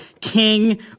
King